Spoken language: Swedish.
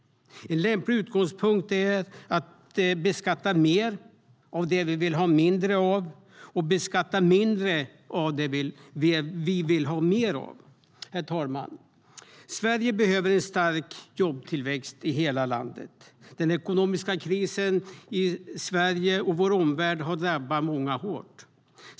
En lämplig utgångspunkt är att beskatta mer av det vi vill ha mindre av och beskatta mindre av det vi vill ha mer av. Herr talman! Sverige behöver en stark jobbtillväxt i hela landet. Den ekonomiska krisen i Sverige och vår omvärld har drabbat många hårt.